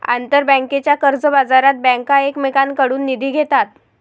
आंतरबँकेच्या कर्जबाजारात बँका एकमेकांकडून निधी घेतात